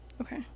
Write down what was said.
Okay